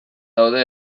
daude